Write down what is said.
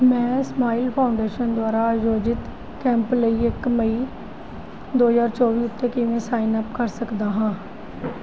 ਮੈਂ smile foundation ਦੁਆਰਾ ਆਯੋਜਿਤ ਕੈਂਪ ਲਈ ਇੱਕ ਮਈ ਦੋ ਹਜ਼ਾਰ ਚੌਵੀ ਉੱਤੇ ਕਿਵੇਂ ਸਾਈਨ ਅਪ ਕਰ ਸਕਦਾ ਹਾਂ